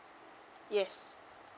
yes